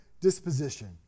disposition